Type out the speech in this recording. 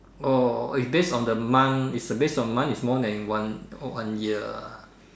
oh is based on the month is based on the month is more than one one year ah